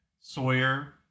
Sawyer